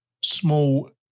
small